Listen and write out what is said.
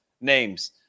names